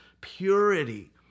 purity